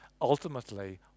ultimately